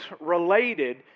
related